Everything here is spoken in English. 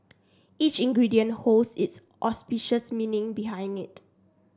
each ingredient holds its auspicious meaning behind it